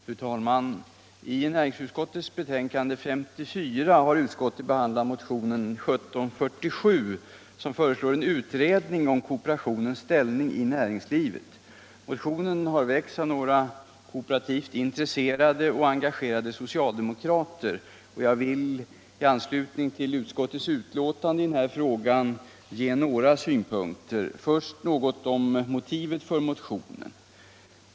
Fru talman! I näringsutskottets betänkande 1975/76:54 har utskottet behandlat motionen 1747, som föreslår en utredning av kooperationens ställning i näringslivet. Motionen har väckts av några kooperativt intresserade och engagerade socialdemokrater. I anslutning till utskottets skrivning i denna fråga vill jag anföra några synpunkter och börjar då med motivet för motionen.